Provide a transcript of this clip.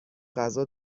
غذا